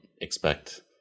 expect